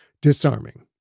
disarming